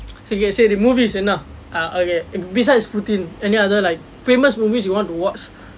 okay say the movie is enough ah ah okay besides putin any other like famous movies you want to watch